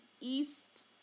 East